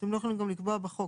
שאתם לא יכולים גם לקבוע בחוק.